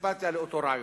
סימפתיה לאותו רעיון.